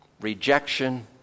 rejection